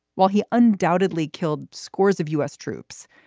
while he undoubtedly killed scores of u s. troops,